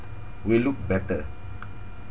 we look better